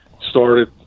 started